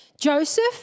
Joseph